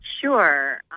Sure